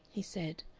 he said,